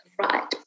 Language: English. right